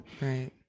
Right